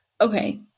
okay